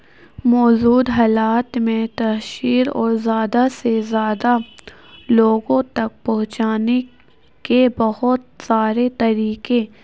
موجود حالات میں ترشیل اور زیادہ سے زیادہ لوگوں تک پہنچانے کے بہت سارے طریقے